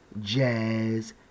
jazz